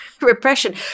repression